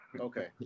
okay